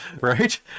right